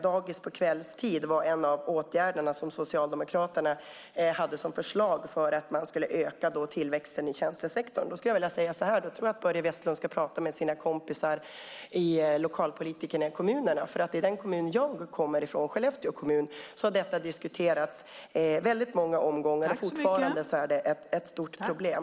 Dagis på kvällstid var en av de åtgärder som Socialdemokraterna hade på förslag för att öka tillväxten i tjänstesektorn. Jag tror att Börje Vestlund ska prata med sina kompisar lokalpolitikerna i kommunerna. Jag kommer från Skellefteå kommun. Där har detta diskuterats under väldigt många år, och fortfarande är det ett stort problem.